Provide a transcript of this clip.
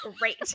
great